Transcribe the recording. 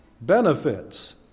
benefits